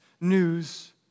news